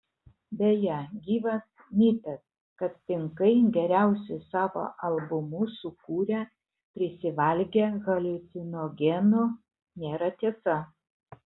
beje gyvas mitas kad pinkai geriausius savo albumus sukūrė prisivalgę haliucinogenų nėra tiesa